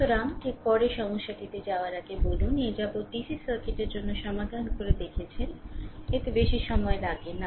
সুতরাং ঠিক পরের সমস্যাটিতে যাওয়ার আগে বলুন এ যাবত ডিসি সার্কিটের জন্য সমাধান করে দেখেছেন এতে বেশি সময় লাগে না